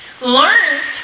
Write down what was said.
learns